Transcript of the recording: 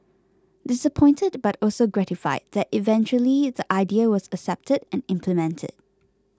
disappointed but also gratified that eventually the idea was accepted and implemented